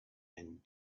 and